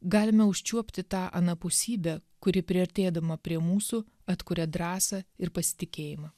galime užčiuopti tą anapusybę kuri priartėdama prie mūsų atkuria drąsą ir pasitikėjimą